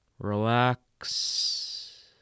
Relax